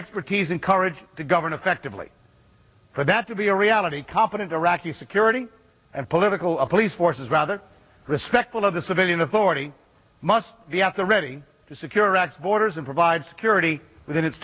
expertise and courage to govern effectively for that to be a reality competent iraqi security and political a police forces rather respectful of the civilian authority must be at the ready to secure acts borders and provide security within it